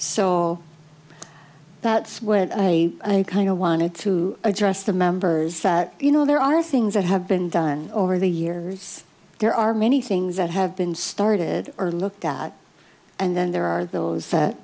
so that's what i kind of wanted to address the members that you know there are things that have been done over the years there are many things that have been started or looked at and then there are those that